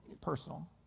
personal